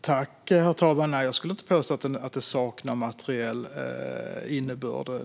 Herr talman! Nej, jag skulle inte säga att punkten saknar materiell innebörd.